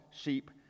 sheep